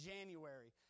January